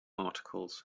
articles